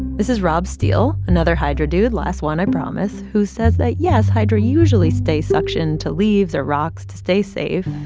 this is rob steele, another hydra dude last one, i promise who says that, yes, hydra usually stay suctioned to leaves or rocks to stay safe.